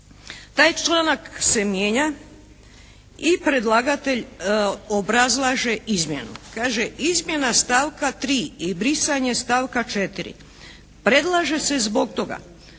taj članak se mijenja i predlagatelj obrazlaže izmjenu. Kaže izmjena stavka 3. i brisanje stavka 4. predlaže se zbog toga